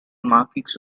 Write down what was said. markings